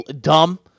dumb